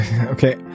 Okay